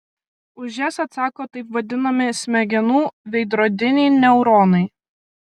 už jas atsako taip vadinami smegenų veidrodiniai neuronai